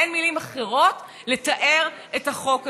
אין מילים אחרות לתאר את החוק הזה.